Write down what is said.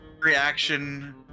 Reaction